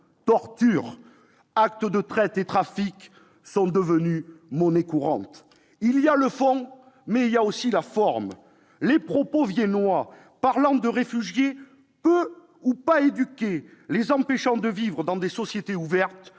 tortures, actes de traite et trafics sont devenus monnaie courante. Il y a le fond, mais aussi la forme. Les propos viennois parlant de réfugiés « peu ou pas éduqués, les empêchant de vivre dans des sociétés ouvertes